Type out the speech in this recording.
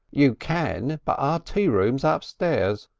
you can. but our tea room's ah upstairs.